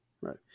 right